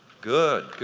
good, good.